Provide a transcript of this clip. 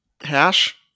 hash